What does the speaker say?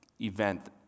event